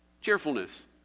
Cheerfulness